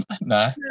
no